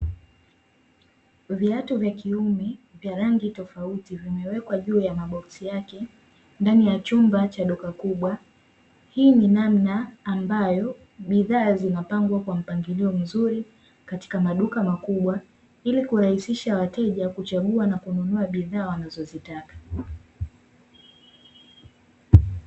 Viatu vya kiume vya rangi tofauti vimewekwa juu ya maboksi yake ndani ya chumba cha duka kubwa, hii ni namna ambayo bidhaa zinapangwa kwa mpangilio mzuri katika maduka makubwa, ili kurahisisha wateja kuchagua na kununua bidhaa wanazozitaka.